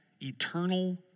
eternal